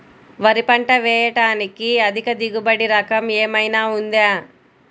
వరి పంట వేయటానికి అధిక దిగుబడి రకం ఏమయినా ఉందా?